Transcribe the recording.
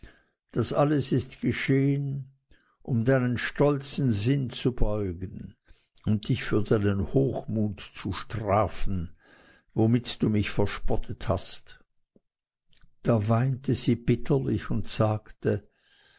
das alles ist geschehen um deinen stolzen sinn zu beugen und dich für deinen hochmut zu strafen womit du mich verspottet hast da weinte sie bitterlich und sagte